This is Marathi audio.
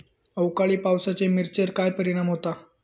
अवकाळी पावसाचे मिरचेर काय परिणाम होता?